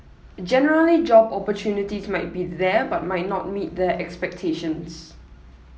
generally job opportunities might be there but might not meet their expectations